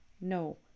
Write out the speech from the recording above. No